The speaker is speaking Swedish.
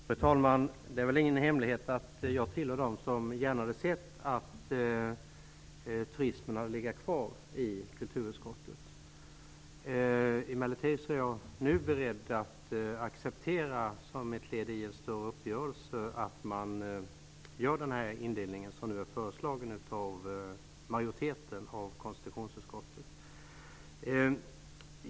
Fru talman! Det är väl ingen hemlighet att jag tillhör dem som gärna hade sett att turismen fick ligga kvar i kulturutskottet. Emellertid är jag nu beredd att acceptera som ett led i en större uppgörelse att den indelning görs som föreslagits av en majoritet i konstitutionsutskottet.